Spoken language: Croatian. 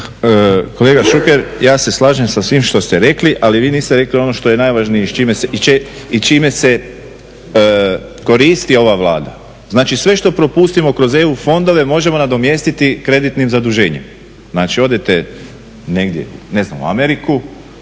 Kolega Šuker, ja se slažem sa svim što ste rekli. Ali vi niste rekli ono što je najvažnije i čime se koristi ova Vlada. Znači, sve što propustimo kroz EU fondove možemo nadomjestiti kreditnim zaduženjem. Znači odete negdje, ne znam u Ameriku,